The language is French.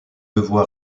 devoir